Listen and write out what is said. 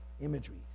imagery